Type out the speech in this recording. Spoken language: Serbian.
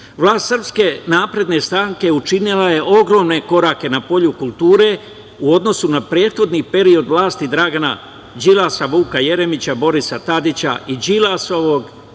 Vlast SNS učinila je ogromne korake na polju kulture u odnosu na prethodni period vlasti Dragana Đilasa, Vuka Jeremića, Borisa Tadića i Đilasovog